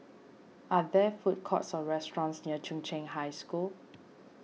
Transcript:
are there food courts or restaurants near Chung Cheng High School